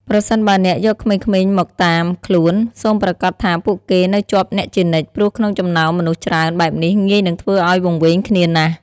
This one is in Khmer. ប្រសិនបើអ្នកយកក្មេងៗមកតាមខ្លួន សូមប្រាកដថាពួកគេនៅជាប់អ្នកជានិច្ច ព្រោះក្នុងចំណោមមនុស្សច្រើនបែបនេះងាយនឹងធ្វើឱ្យវង្វេងគ្នាណាស់។។